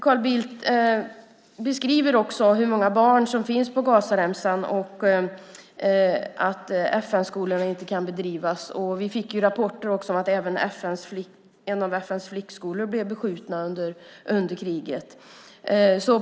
Carl Bildt beskriver hur många barn som finns på Gazaremsan och att undervisning i FN-skolorna inte kan bedrivas. Vi fick rapporter om att även en av FN:s flickskolor blev beskjuten under kriget.